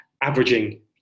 averaging